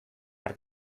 har